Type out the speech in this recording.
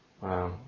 Wow